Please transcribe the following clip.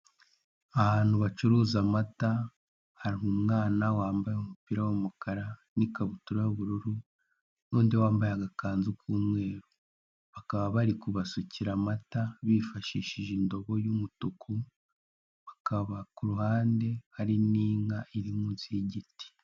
Ahantu bacuruza amata hari umwana wambaye umupira w'umukara, n'ikabutura y'ubururu, n'undi wambaye agakanzu k'umweru, bakaba bari kubasukira amata bifashishije indobo y'umutuku hakaba kuruhande hari n'inka iri munsi y'igiti.